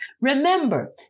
Remember